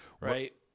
Right